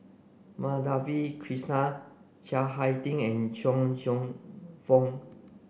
Madhavi Krishnan Chiang Hai Ding and Cheong Cheong Fook